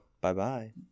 Bye-bye